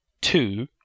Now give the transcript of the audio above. two